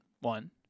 one